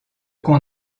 qu’on